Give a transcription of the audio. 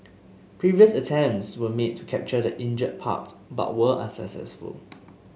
previous attempts were made to capture the injured pup but were unsuccessful